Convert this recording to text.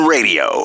Radio